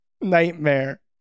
nightmare